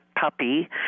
puppy